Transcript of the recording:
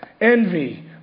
envy